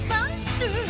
Monster